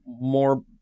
more